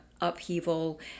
upheaval